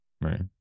Right